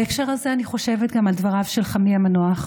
בהקשר הזה אני חושבת גם על דבריו של חמי המנוח,